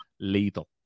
lethal